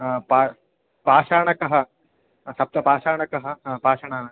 पा पाषाणकः सप्तपाषाणकः ह पाषणं